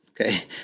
Okay